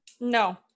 No